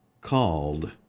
called